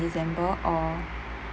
december or